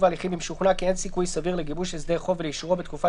ההליכים אם שוכנע כי אין סיכוי סביר לגיבוש הסדר חוב ולאישורו בתקופת